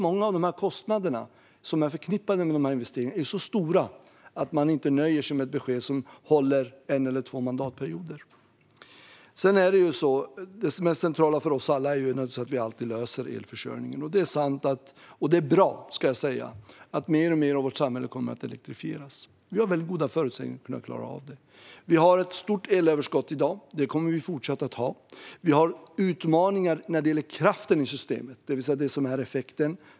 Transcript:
Många av de kostnader som är förknippade med investeringarna är så stora att man inte nöjer sig med ett besked som håller i en eller två mandatperioder. Det mest centrala för oss alla är att vi alltid löser elförsörjningen. Det är sant och bra att mer och mer i vårt samhälle kommer att elektrifieras. Vi har goda förutsättningar att kunna klara av detta. Vi har ett stort elöverskott i dag. Det kommer vi fortsätta att ha. Vi har utmaningar när det gäller kraften i systemet, det vill säga när det gäller effekten.